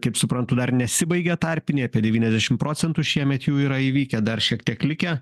kaip suprantu dar nesibaigė tarpiniai apie devyniasdešim procentų šiemet jų yra įvykę dar šiek tiek likę